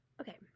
okay